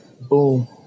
Boom